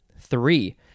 Three